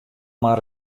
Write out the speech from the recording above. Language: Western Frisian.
mar